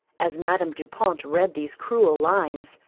as madame du pont read these cruel lines,